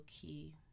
key